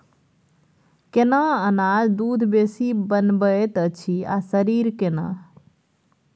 केना अनाज दूध बेसी बनबैत अछि आ शरीर केना?